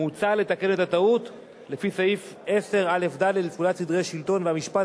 מוצע לתקן את הטעות לפי סעיף 10א(ד) לפקודת סדרי השלטון והמשפט,